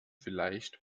vielleicht